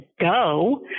go